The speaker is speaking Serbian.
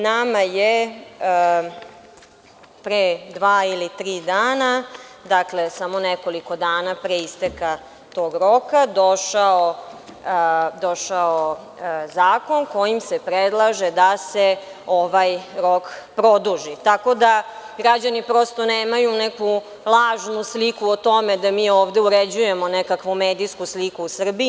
Nama je, pre dva ili tri dana, dakle, samo nekoliko dana pre isteka tog roka, došao zakon kojim se predlaže da se ovaj rok produži, tako da građani prosto nemaju neku lažnu sliku o tome da mi ovde uređujemo nekakvu medijsku sliku u Srbiji.